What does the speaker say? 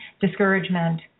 discouragement